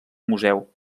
museu